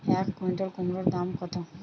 এক কুইন্টাল কুমোড় দাম কত?